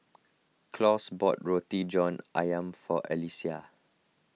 Claus bought Roti John Ayam for Allyssa